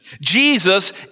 Jesus